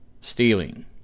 stealing